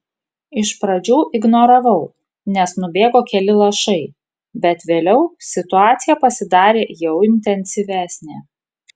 iš pradžių ignoravau nes nubėgo keli lašai bet vėliau situacija pasidarė jau intensyvesnė